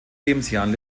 lebensjahren